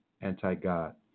anti-god